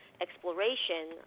exploration